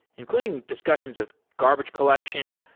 including discussions of garbage collection,